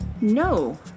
No